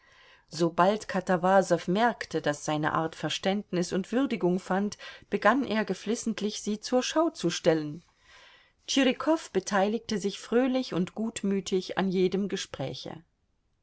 sobald katawasow merkte daß seine art verständnis und würdigung fand begann er geflissentlich sie zur schau zu stellen tschirikow beteiligte sich fröhlich und gutmütig an jedem gespräche